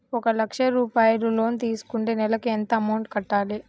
ఒక లక్ష రూపాయిలు లోన్ తీసుకుంటే నెలకి ఎంత అమౌంట్ కట్టాలి?